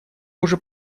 уже